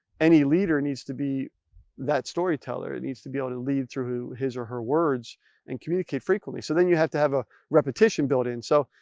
any leader needs to be that storyteller. it needs to be able to lead through his or her words and communicate frequently. so then you have to have a repetition built in. so,